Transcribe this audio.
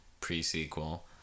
pre-sequel